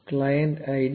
0415 client ID